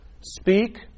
speak